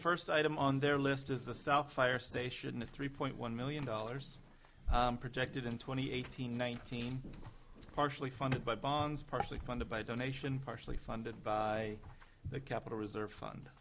first item on their list is the south fire station a three point one million dollars projected in twenty eight hundred nineteen partially funded by bonds partially funded by donation partially funded by the capital reserve fund